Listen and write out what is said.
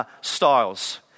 Styles